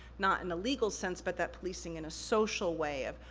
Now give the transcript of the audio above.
not in a legal sense, but that policing in a social way of,